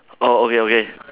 oh okay okay